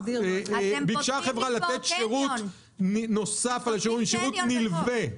ביקשה החברה לתת שירות נלווה נוסף".